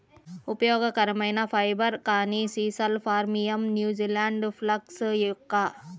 ఉపయోగకరమైన ఫైబర్, కానీ sisal phormium, New Zealand flax yucca